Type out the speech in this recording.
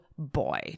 Boy